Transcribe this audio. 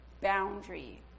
Boundary